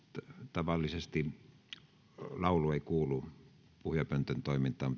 tavallisesti laulu ei kuulu puhujapöntön toimintaan